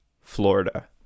Florida